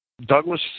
Douglas